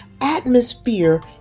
atmosphere